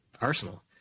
arsenal